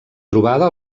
trobada